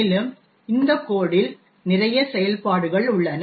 மேலும் இந்த கோட் இல் நிறைய செயல்பாடுகள் உள்ளன